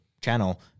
channel